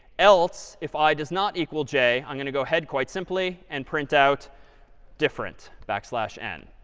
else, if i does not equal j, i'm going to go ahead quite simply and print out different backslash n.